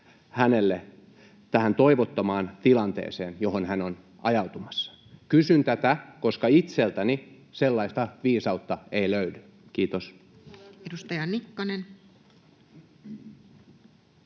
hänelle tähän toivottomaan tilanteeseen, johon hän on ajautumassa. Kysyn tätä, koska itseltäni sellaista viisautta ei löydy. — Kiitos. Edustaja Nikkanen.